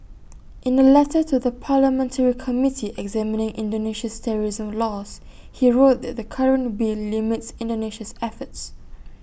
in A letter to the parliamentary committee examining Indonesia's terrorism laws he wrote that the current bill limits Indonesia's efforts